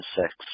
six